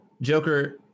joker